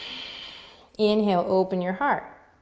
inhale, open your heart.